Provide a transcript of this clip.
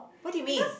what do you mean